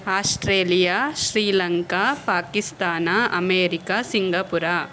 Australia Sri Lanka Pakistan America Singapore